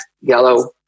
yellow